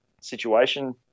situation